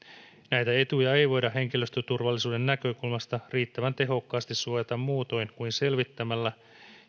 näitä etuja ei voida henkilöstöturvallisuuden näkökulmasta riittävän tehokkaasti suojata muutoin kuin selvittämällä